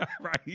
right